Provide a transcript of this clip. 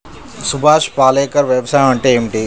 సుభాష్ పాలేకర్ వ్యవసాయం అంటే ఏమిటీ?